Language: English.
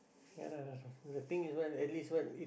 ya lah the thing is what at least what it